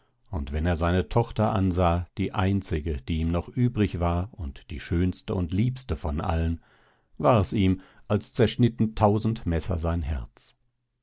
und wenn er seine tochter ansah die einzige die ihm noch übrig war und die schönste und liebste von allen wars ihm als zerschnitten tausend messer sein herz